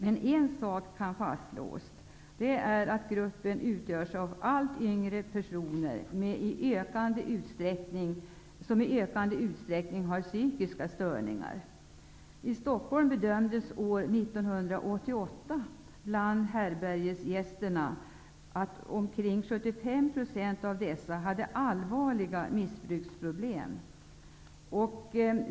En sak kan emellertid fastslås, nämligen att de hemlösa utgörs av allt yngre personer som i ökande utsträckningar har psykiska störningar. I Stockholm bedömdes år 1988 att 75 % av härbärgesgästerna hade allvarliga missbruksproblem.